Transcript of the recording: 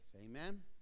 Amen